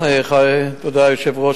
היושב-ראש,